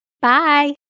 Bye